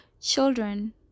children